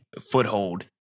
foothold